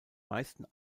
meisten